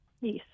Yes